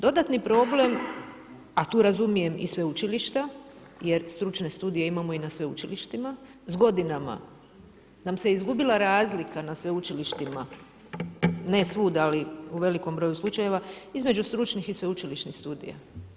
Dodatni problem, a tu razumijem i sveučilišta jer stručne studije imamo i na sveučilištima, s godinama nam se izgubila razlika na sveučilištima, ne svud, ali u velikom broju slučajeva, između stručnih i sveučilišnih studija.